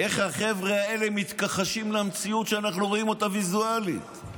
מאיך שהחבר'ה האלה מתכחשים למציאות שאנחנו רואים ויזואלית.